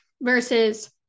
Versus